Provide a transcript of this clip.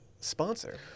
Sponsor